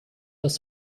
das